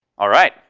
all right,